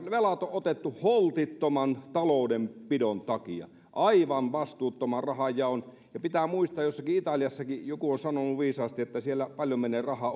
ne velat on on otettu holtittoman taloudenpidon takia aivan vastuuttoman rahanjaon ja pitää muistaa että jossakin italiassakin joku on sanonut viisaasti että siellä paljon menee rahaa